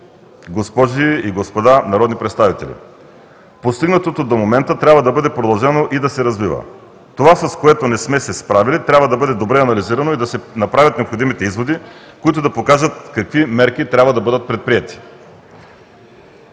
госпожи и господа народни представители! Постигнатото до момента трябва да бъде продължено и да се развива. Това, с което не сме се справили, трябва да бъде добре анализирано и да се направят необходимите изводи, които да покажат какви мерки трябва да бъдат предприети.